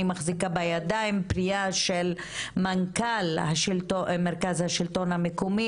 אני מחזיקה בידיים פניה של מנכ"ל מרכז השלטון המקומי